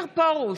מאיר פרוש,